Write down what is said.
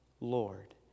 Lord